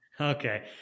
Okay